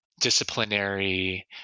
disciplinary